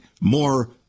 more